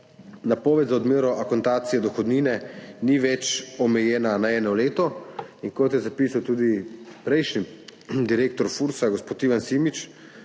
napoved za odmero akontacije dohodnine ni več omejena na eno leto in kot je zapisal tudi prejšnji direktor FURS, gospod Ivan Simič,